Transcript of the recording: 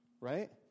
Right